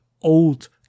old